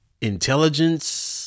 Intelligence